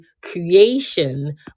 creation